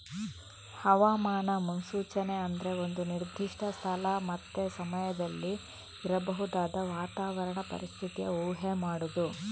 ಹವಾಮಾನ ಮುನ್ಸೂಚನೆ ಅಂದ್ರೆ ಒಂದು ನಿರ್ದಿಷ್ಟ ಸ್ಥಳ ಮತ್ತೆ ಸಮಯದಲ್ಲಿ ಇರಬಹುದಾದ ವಾತಾವರಣದ ಪರಿಸ್ಥಿತಿಯ ಊಹೆ ಮಾಡುದು